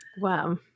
Wow